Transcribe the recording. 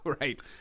Right